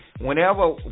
Whenever